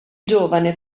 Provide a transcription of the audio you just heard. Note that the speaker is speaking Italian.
giovane